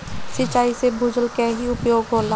सिंचाई में भूजल क ही उपयोग होला